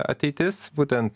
ateitis būtent